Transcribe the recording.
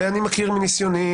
ואני מכיר מניסיוני,